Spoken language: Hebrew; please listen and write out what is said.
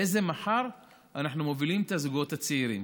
לאיזה מחר אנחנו מובילים את הזוגות הצעירים?